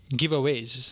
giveaways